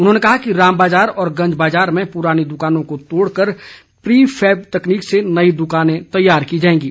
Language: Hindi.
उन्होंने कहा कि राम बाज़ार और गंज बाज़ार में पुरानी दुकानों को तोड़ कर प्रीफैब तकनीक से नई दुकानें तैयार की जाएंगी